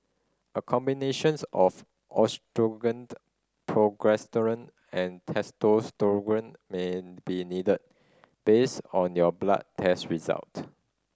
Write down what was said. a combinations of progesterone and testosterone may be needed based on your blood test result